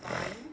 fine